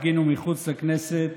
הפגינו מחוץ לכנסת